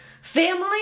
family